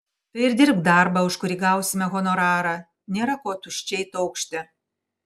tai ir dirbk darbą už kurį gausime honorarą nėra ko tuščiai taukšti